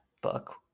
book